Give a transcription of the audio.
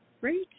great